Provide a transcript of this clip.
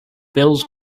bills